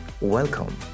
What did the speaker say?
Welcome